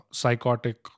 psychotic